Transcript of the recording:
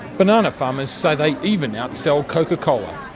banana farmers say they even outsell coca-cola.